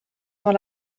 dans